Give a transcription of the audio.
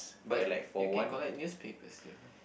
but you can collect newspapers you know